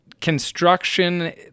construction